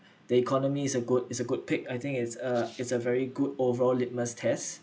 the economy is a good is a good pick I think it's uh it's a very good overall litmus test